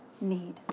need